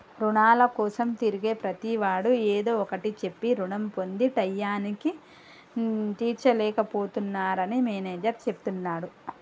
రుణాల కోసం తిరిగే ప్రతివాడు ఏదో ఒకటి చెప్పి రుణం పొంది టైయ్యానికి తీర్చలేక పోతున్నరని మేనేజర్ చెప్తున్నడు